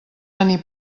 tenir